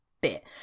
bit